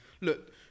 look